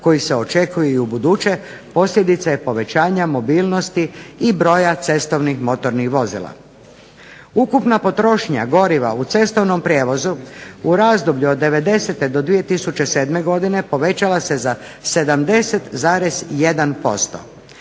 koji se očekuje i u buduće posljedica je povećanja mobilnosti i broja cestovnih motornih vozila. Ukupna potrošnja goriva u cestovnom prijevozu u razdoblju od devedesete do dvije tisuće sedme godine povećava se za 70,1%.